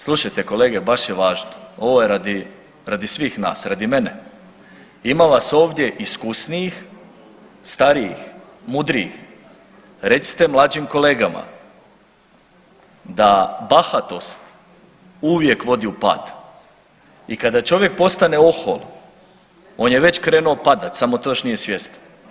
Slušajte kolege baš je važno, ono je radi, radi svih nas, radi mene, ima vas ovdje iskusnijih, starijih, mudrijih, recite mlađim kolegama da bahatost uvijek vodi u pad i kada čovjek postane ohol on je već krenuo padat samo to još nije svjestan.